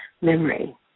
memory